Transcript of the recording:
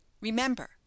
Remember